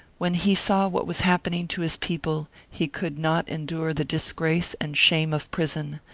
when he saw what was happening to his people he could not endure the disgrace and shame of prison,